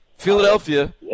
Philadelphia